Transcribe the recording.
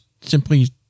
simply